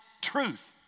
truth